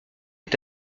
est